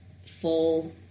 Full